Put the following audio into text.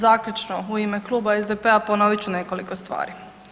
Zaključno, u ime kluba SDP-a ponovit ću nekoliko stvari.